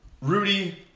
Rudy